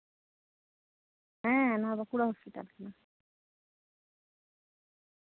ᱦᱮᱸ ᱱᱚᱶᱟ ᱵᱟᱸᱠᱩᱲᱟ ᱦᱚᱥᱯᱤᱴᱟᱞ ᱠᱟᱱᱟ